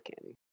candy